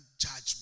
judgment